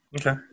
Okay